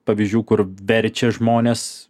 pavyzdžių kur verčia žmones